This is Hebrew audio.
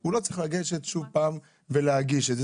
הוא לא צריך לגשת שוב פעם ולהגיש את זה.